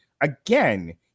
again